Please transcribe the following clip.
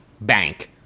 bank